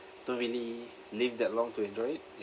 don't really live that long to enjoy it